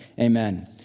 Amen